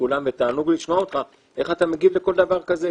כולם ותענוג לשמוע אותך איך אתה מגיב לכל דבר כזה,